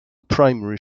primary